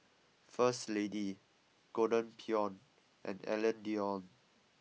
first Lady Golden Peony and Alain Delon